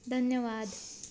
धन्यवाद